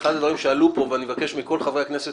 אחד הדברים שעלו פה ואני מבקש מכול חברי הכנסת